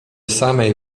samej